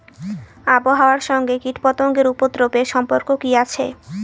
আবহাওয়ার সঙ্গে কীটপতঙ্গের উপদ্রব এর সম্পর্ক কি আছে?